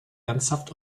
ernsthaft